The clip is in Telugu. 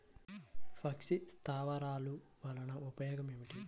పక్షి స్థావరాలు వలన ఉపయోగం ఏమిటి?